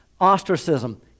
ostracism